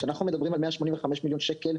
כשאנחנו מדברים על 185 מיליון שקל,